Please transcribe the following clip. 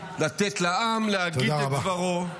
לתת לעם להגיד את דברו -- תודה רבה.